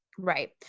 Right